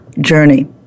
journey